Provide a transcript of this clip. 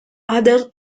other